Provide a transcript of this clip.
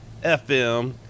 FM